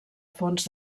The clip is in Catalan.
fons